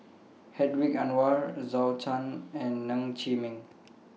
Hedwig Anuar Zhou Can and Ng Chee Meng